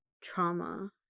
trauma